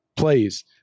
plays